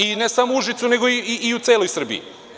I ne samo u Užicu, nego i u celoj Srbiji.